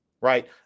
right